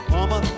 Mama